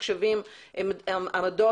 אם זה להקצות מחשבים ועמדות,